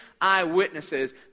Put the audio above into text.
eyewitnesses